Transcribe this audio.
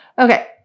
Okay